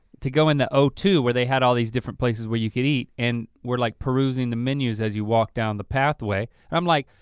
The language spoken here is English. to go in the o two where they had all these different places where you could eat and we're like perusing the menus as you walk down the pathway. i'm like,